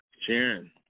Sharon